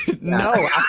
No